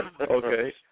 Okay